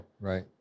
right